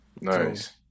Nice